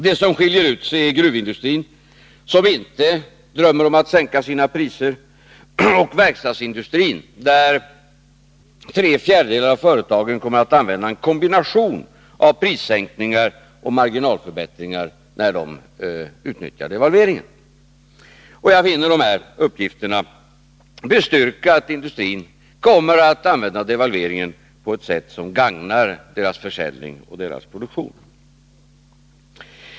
De som skiljer ut sig är gruvindustrin, som inte drömmer om att sänka sina priser, och verkstadsindustrin, där tre fjärdedelar av företagen kommer att använda en kombination av prissänkningar och marginalförbättringar när de utnyttjar devalveringen. Jag finner att dessa uppgifter bestyrker att industrin kommer att använda devalveringen på ett sätt som gagnar dess försäljning och produktion.